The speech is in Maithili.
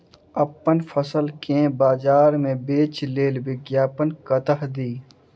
अप्पन फसल केँ बजार मे बेच लेल विज्ञापन कतह दी?